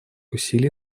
усилий